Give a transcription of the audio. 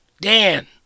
Dan